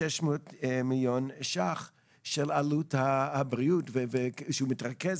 עלות הבריאות שמתרכז